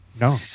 No